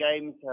games